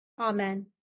Amen